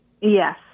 Yes